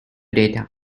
data